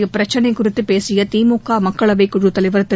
இப்பிரச்சினை குறித்து பேசிய திமுக மக்களவைக் குழுத் தலைவர் திரு